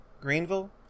Greenville